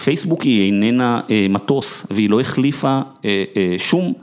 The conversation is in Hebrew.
פייסבוק היא איננה מטוס והיא לא החליפה שום.